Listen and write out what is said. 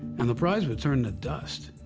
and the prize was turning to dust.